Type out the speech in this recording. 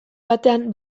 batean